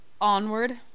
onward